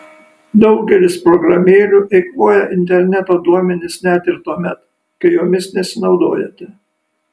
daugelis programėlių eikvoja interneto duomenis net ir tuomet kai jomis nesinaudojate